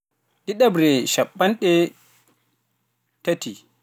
Ɗiɗaɓre cappanɗe tati.